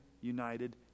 united